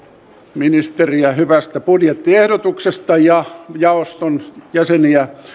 ministeriä hyvästä budjettiehdotuksesta ja jaoston jäseniä